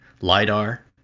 lidar